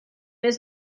was